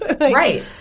Right